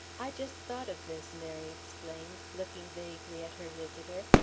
i just thought of this, mary explained, looking vaguely at her visitor.